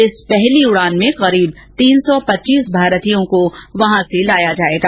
इस पहली उड़ान में लगभग तीन सौ पच्चीस भारतीयों को वहां से लाया जाएगा